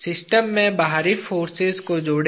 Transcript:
system में बाहरी forces को जोड़ें